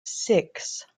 six